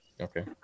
Okay